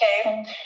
Okay